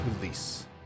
release